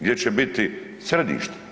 Gdje će biti središte?